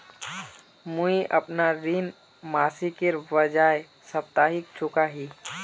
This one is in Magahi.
मुईअपना ऋण मासिकेर बजाय साप्ताहिक चुका ही